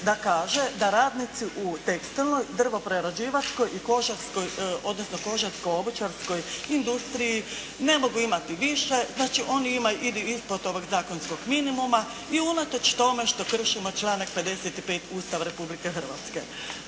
da kaže da radnici u tekstilnoj, drvoprerađivačkoj i kožarskoj odnosno kožarsko-obućarskoj industriji ne mogu imati više. Znači oni imaju ili ispod ovog zakonskog minimuma i unatoč tome što kršimo članak 55. Ustava Republike Hrvatske.